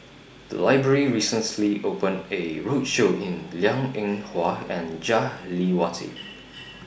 The Library recently opened A roadshow in Liang Eng Hwa and Jah Lelawati